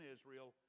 Israel